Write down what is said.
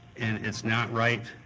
and it's not right,